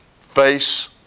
Face